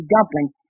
Dumpling